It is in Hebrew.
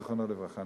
זיכרונו לברכה,